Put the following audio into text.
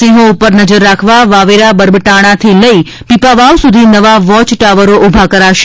સિંહો પર નજર રાખવા વાવેરા બર્બટાણાથી લઇ પીપાવાવ સુધી નવા વોચ ટાવરો ઊભા કરાશે